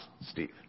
Steve